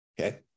Okay